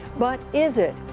but is it?